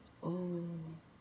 oh